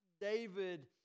David